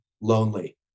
lonely